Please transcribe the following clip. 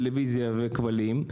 טלוויזיה וכבלים?